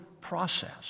process